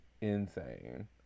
insane